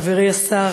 חברי השר,